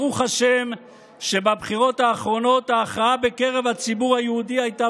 ברוך השם שבבחירות האחרונות ההכרעה בקרב הציבור היהודי הייתה